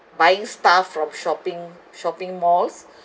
buying stuff from shopping shopping malls